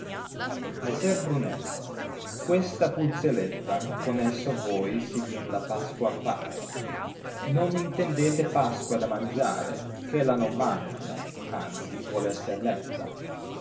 esser brunetto questa pukelletta con esso voi si vien la pasqua a fare non intendete pasqua da mangiare gh ella non mangia anzi vuol esser letta